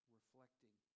reflecting